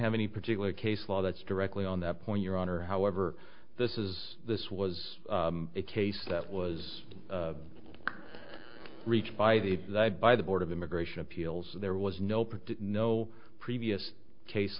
any particular case law that's directly on that point your honor however this is this was a case that was reached by the by the board of immigration appeals there was no part no previous case